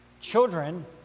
Children